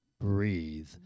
breathe